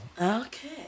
Okay